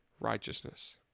righteousness